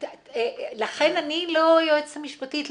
לכן, אני לא יועצת המשפטית.